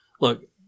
look